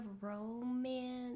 romance